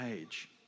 age